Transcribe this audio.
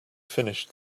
finished